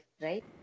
right